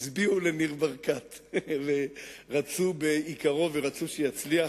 הצביעו לניר ברקת ורצו ביקרו ורצו שיצליח.